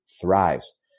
thrives